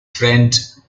friend